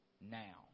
Now